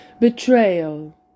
Betrayal